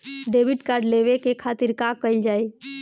Debit card लेवे के खातिर का कइल जाइ?